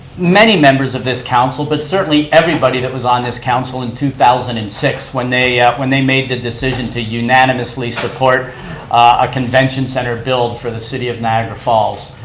many members of this council but certainly everybody that was on this council in two thousand and six when they yeah when they made the decision to unanimously support a convention centre build for the city of niagara falls.